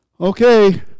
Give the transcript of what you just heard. Okay